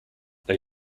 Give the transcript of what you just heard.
they